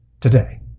Today